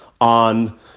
on